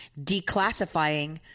declassifying